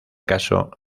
caso